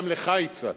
גם לך הצעתי.